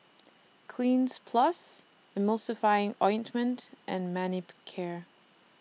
Cleanz Plus Emulsying Ointment and Manicare